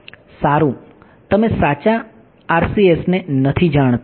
સારું તમે સાચા RCSને નથી જાણતા